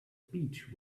beech